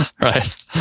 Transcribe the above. Right